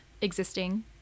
existing